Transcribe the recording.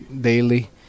daily